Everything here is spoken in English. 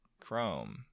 Chrome